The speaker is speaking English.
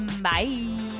Bye